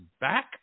back